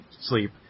sleep